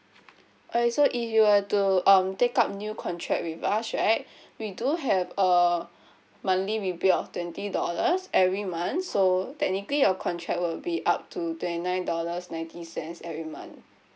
uh so if you were to um take up new contract with us right we do have a monthly rebate of twenty dollars every month so technically your contract will be up to twenty nine dollars ninety cents every month